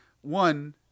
one